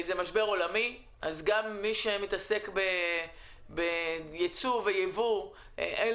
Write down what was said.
מדובר במשבר עולמי ולכל מי שמתעסק בייצוא ובייבוא אין